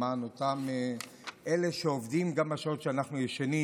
למען אותם אלה שעובדים גם בשעות שאנחנו ישנים,